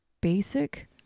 basic